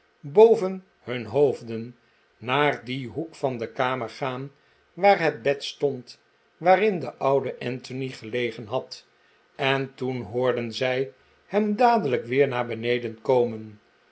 boven hun hoofden naar dien hoek van de kamer gaan waar het bed stond waarin de oude anthony gelegen had en toen hoorden zij hem dadelijk weer naar beneden komen